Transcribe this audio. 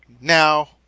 Now